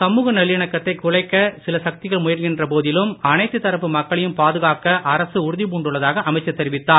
சமூக நல்லிணக்கத்தைக் குலைக்க சில சக்திகள் முயல்கின்ற போதிலும் அனைத்துத் தரப்பு மக்களையும் பாதுகாக்க அரசு உறுதிபூண்டுள்ளதாக அமைச்சர் தெரிவித்தார்